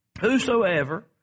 Whosoever